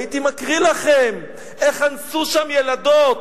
הייתי מקריא לכם איך אנסו שם ילדות,